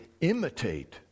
imitate